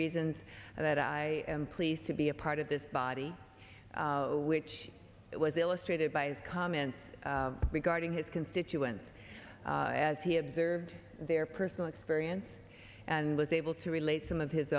reasons that i am pleased to be a part of this body which was illustrated by his comments regarding his constituents as he observed their personal experience and was able to relate some of his